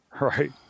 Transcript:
right